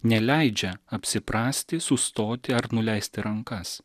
neleidžia apsiprasti sustoti ar nuleisti rankas